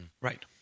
Right